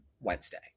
Wednesday